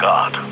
God